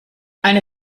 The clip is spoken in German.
eine